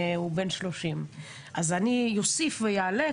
כשהוא בן 30. אני אוסיף ואעלה,